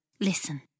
Listen